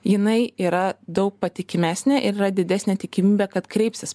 jinai yra daug patikimesnė ir yra didesnė tikimybė kad kreipsis